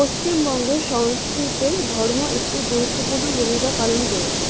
পশ্চিমবঙ্গের সংস্কৃতির ধর্ম একটি গুরুত্বপূর্ণ ভূমিকা পালন করেছে